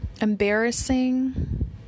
embarrassing